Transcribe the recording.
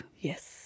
Yes